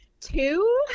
two